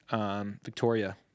Victoria